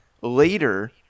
later